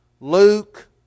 Luke